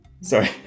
Sorry